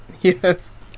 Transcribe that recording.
yes